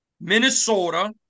Minnesota